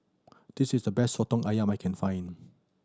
this is the best Soto Ayam I can find